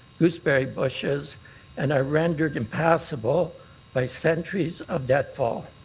goose berry bushes and are rendered impassable by centuries of debt fall.